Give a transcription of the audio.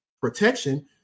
protection